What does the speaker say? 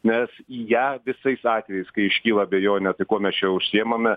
nes į ją visais atvejais kai iškyla abejonė tai kuo mes čia užsiemame